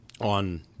on